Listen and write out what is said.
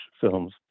films